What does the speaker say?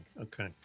Okay